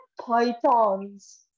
pythons